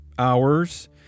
hours